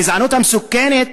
הגזענות המסוכנת